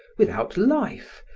without life,